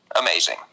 amazing